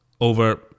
over